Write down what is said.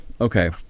okay